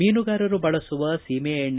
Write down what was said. ಮೀನುಗಾರರು ಬಳಸುವ ಸೀಮೆಎಡ್ಡೆ